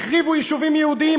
החריבו יישובים יהודיים,